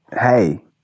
hey